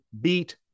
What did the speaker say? beat